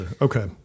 Okay